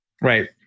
Right